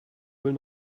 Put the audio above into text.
will